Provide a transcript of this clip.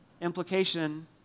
Implication